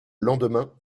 lendemain